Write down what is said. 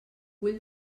vull